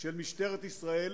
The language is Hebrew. של משטרת ישראל